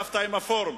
ישבת עם הפורום.